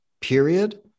period